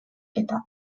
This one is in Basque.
eta